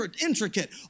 intricate